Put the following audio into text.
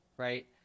Right